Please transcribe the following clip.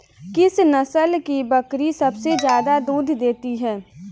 किस नस्ल की बकरी सबसे ज्यादा दूध देती है?